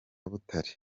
butare